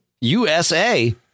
USA